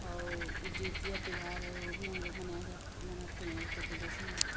और जितिया त्यौहार है वो भी हम लोग मनाया जा मानते हैं उत्तर प्रदेश में